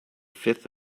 fifth